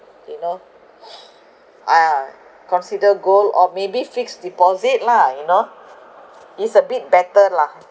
you know ah consider gold or maybe fixed deposit lah you know it's a bit better lah